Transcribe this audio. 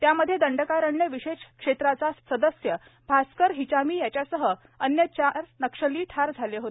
त्यामध्ये दंडकारण्य विशेष क्षेत्राचा सदस्य भास्कर हिचामी याच्यासह अन्य चार नक्षली ठार झाले होते